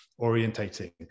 orientating